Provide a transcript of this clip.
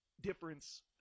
difference